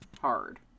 hard